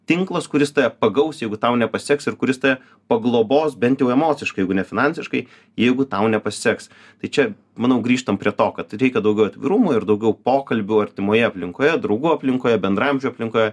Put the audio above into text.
tinklas kuris tave pagaus jeigu tau nepasiseks ir kuris tave paglobos bent jau emociškai jeigu ne finansiškai jeigu tau nepasiseks tai čia manau grįžtam prie to kad reikia daugiau atvirumo ir daugiau pokalbių artimoje aplinkoje draugų aplinkoje bendraamžių aplinkoje